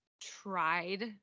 tried